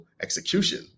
execution